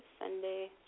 Sunday